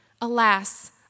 alas